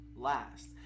last